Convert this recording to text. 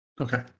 Okay